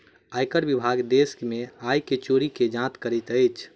आयकर विभाग देश में आय के चोरी के जांच करैत अछि